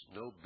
no